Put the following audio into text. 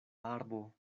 arbo